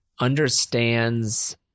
understands